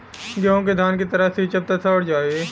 गेंहू के धान की तरह सींचब त सड़ जाई